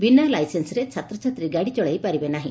ବିନା ଲାଇସେନ୍ପରେ ଛାତ୍ରଛାତ୍ରୀ ଗାଡ଼ି ଚଳାଇପାରିବେ ନାହି